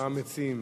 מה המציעים?